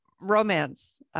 romance